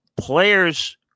players